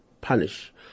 punish